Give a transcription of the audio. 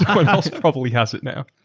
someone else probably has it now.